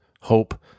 hope